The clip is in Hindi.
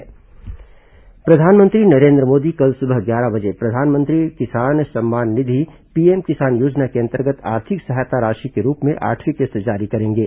पीएम किसान सम्मान निधि प्रधानमंत्री नरेन्द्र मोदी कल सुबह ग्यारह बजे प्रधानमंत्री किसान सम्मान निधि पीएम किसान योजना के अंतर्गत आर्थिक सहायता के रूप में आठवीं किस्त जारी करेंगे